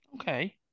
Okay